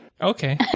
okay